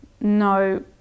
no